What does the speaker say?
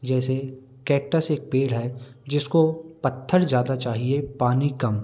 जैसे कैक्टस एक पेड़ है जिसको पत्थर ज्यादा चाहिए पानी कम